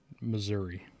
Missouri